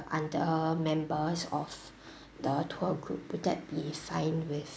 other members of the tour group would that be fine with